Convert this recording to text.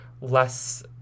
less